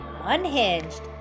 unhinged